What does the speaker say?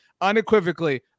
unequivocally